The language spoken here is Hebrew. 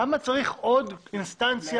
למה צריך עוד אינסטנציה,